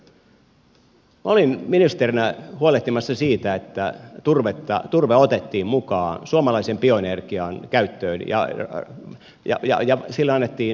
minä olin ministerinä huolehtimassa siitä että turve otettiin mukaan suomalaisen bioenergian käyttöön ja sille annettiin vahva rooli